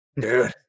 dude